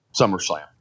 SummerSlam